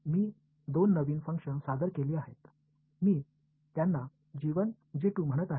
मी दोन नवीन फंक्शन सादर केली आहेत मी त्यांना जी 1 जी 2 म्हणत आहे